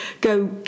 go